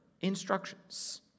instructions